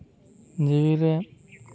ᱡᱤᱣᱤ ᱨᱮ